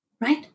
Right